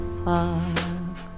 park